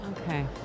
Okay